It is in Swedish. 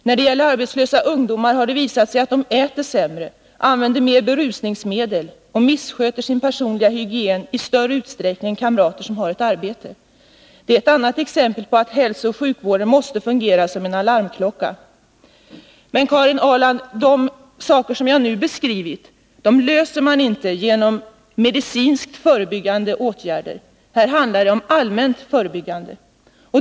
När det gäller arbetslösa ungdomar har det visat sig att de äter sämre, använder mer berusningsmedel och missköter sin personliga hygien i större utsträckning än kamrater som har ett arbete. Det är ett annat exempel på att hälsooch sjukvården måste fungera som en alarmklocka. Men, Karin Ahrland, det jag nu beskrivit löser man inte genom medicinskt förebyggande åtgärder. Här handlar det om ett allmänt förebyggande.